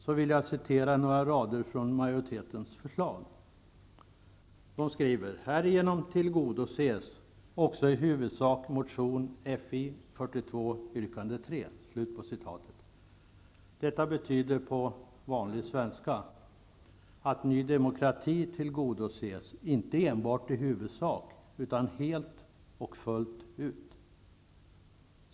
Jag vill citera några rader ur denna majoritets förslag: ''Härigenom tillgodoses också i huvudsak motion Fi42 yrkande 3.'' Detta betyder på vanlig svenska att Ny demokratis yrkande tillgodoses, inte enbart i huvudsak utan helt och fullt.